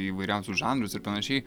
įvairiausius žanrus ir panašiai